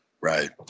Right